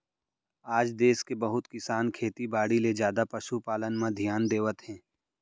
आज देस के बहुत किसान खेती बाड़ी ले जादा पसु पालन म धियान देवत हें